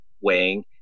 weighing